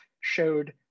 showed